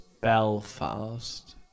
Belfast